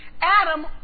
Adam